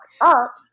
up